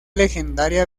legendaria